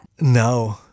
No